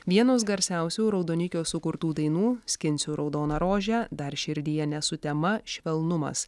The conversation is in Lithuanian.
vienos garsiausių raudonikio sukurtų dainų skinsiu raudoną rožę dar širdyje ne sutema švelnumas